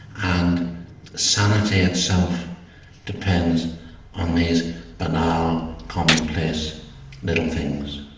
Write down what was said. and sanity itself depends on these banal, commonplace little things.